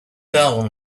down